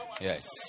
Yes